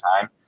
time